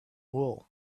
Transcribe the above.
wool